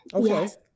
Yes